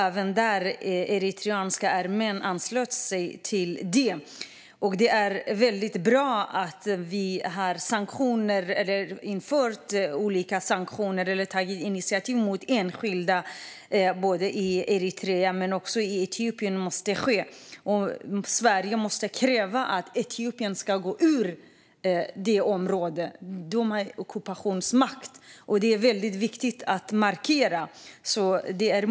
Även den eritreanska armén anslöt sig. Det är väldigt bra att vi har tagit initiativ till och infört olika sanktioner mot enskilda, både i Eritrea och i Etiopien. Det måste ske. Sverige måste också kräva att Etiopien går ur området. De är en ockupationsmakt, vilket är väldigt viktigt att markera.